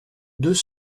deux